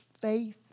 faith